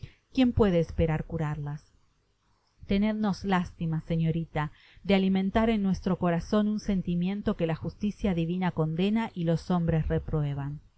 quién puede esperar curarlas tenednos lástima señorita de alimentar en nuestro corazon un sentimiento que la justicia divina condena y los hombres reprueban